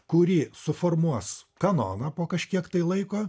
kuri suformuos kanoną po kažkiek laiko